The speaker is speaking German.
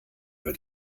über